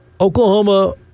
Oklahoma